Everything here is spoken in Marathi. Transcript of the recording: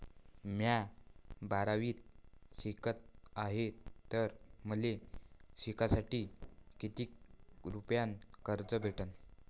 म्या बारावीत शिकत हाय तर मले शिकासाठी किती रुपयान कर्ज भेटन?